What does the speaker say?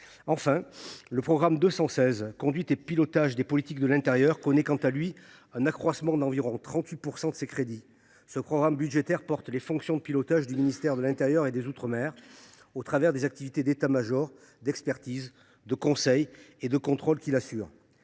vue. Le programme 216 « Conduite et pilotage des politiques de l’intérieur » connaît, quant à lui, un accroissement d’environ 38 % de ses crédits. Ce programme budgétaire porte les fonctions de pilotage du ministère de l’intérieur et des outre mer au travers des activités d’état major, d’expertise, de conseil et de contrôle qu’il assure.